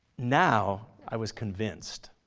now i was convinced.